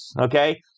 okay